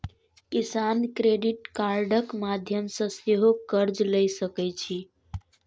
किसान क्रेडिट कार्डक माध्यम सं सेहो कर्ज लए सकै छै